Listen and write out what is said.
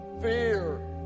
fear